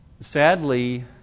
Sadly